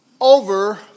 over